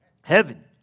Heaven